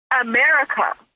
America